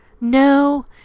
No